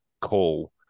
call